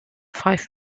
five